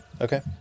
Okay